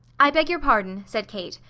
i beg your pardon, said kate.